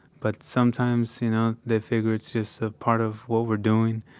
but sometimes, you know, they figure it's just a part of what we're doing,